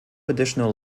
additional